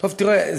תראה,